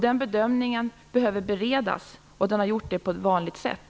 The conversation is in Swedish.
Den bedömningen behöver beredas, och det har skett på vanligt sätt.